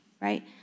right